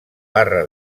barra